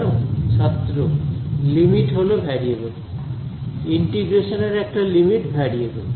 ছাত্র লিমিট হল variable integration এর একটা লিমিট ভ্যারিয়েবল